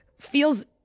feels